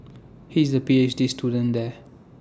he is A P H D student there